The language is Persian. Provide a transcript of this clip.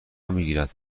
میگیرد